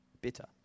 bitter